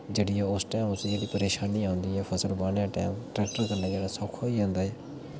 जेह्ड़ी उस टैम जेह्ड़ी उसी परेशानी औंदी ऐ फसल बाह्ने दे टैम ट्रैक्टर कन्नै जेह्ड़ा सौक्खा होई जंदा ऐ